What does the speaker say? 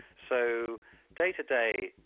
so day-to-day,